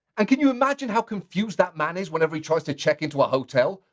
and can you imagine how confused that man is whenever he tries to check into a hotel?